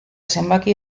zenbaki